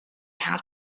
how